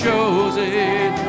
Chosen